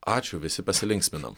ačiū visi pasilinksminom